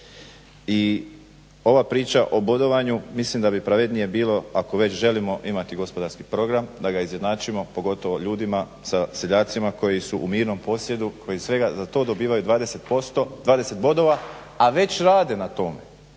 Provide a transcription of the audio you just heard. I ova priča o bodovanju mislim da bi pravednije bilo, ako već želimo imati gospodarski program da ga izjednačimo pogotovo ljudima sa seljacima koji su u mirnom posjedu, koji svega za to dobivaju 20%, 20 bodova, a već rade na tome,